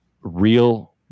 real